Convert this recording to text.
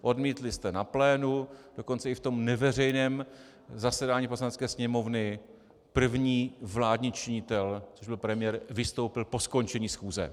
Odmítli jste na plénu, dokonce i v tom neveřejném zasedání Poslanecké sněmovny, první vládní činitel, což byl premiér, vystoupil po skončení schůze.